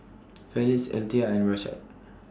Felix Althea and Rashad